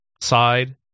side